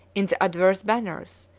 in the adverse banners,